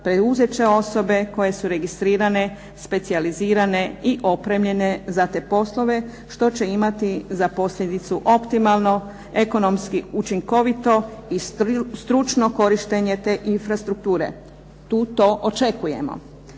preuzet će osobe koje su registrirane, specijalizirane i opremljene za te poslove što će imati za posljedicu optimalno ekonomski učinkovito i stručno korištenje te infrastrukture. Tu to očekujemo.